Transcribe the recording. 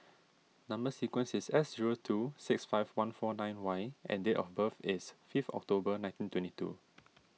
Number Sequence is S zero two six five one four nine Y and date of birth is fifth October nineteen twenty two